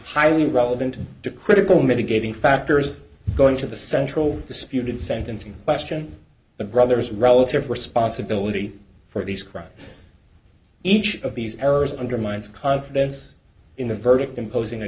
highly relevant to critical mitigating factors going to the central disputed sentencing question of brothers relative responsibility for these crimes each of these errors undermines confidence in the verdict imposing a